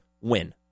win